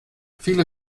viele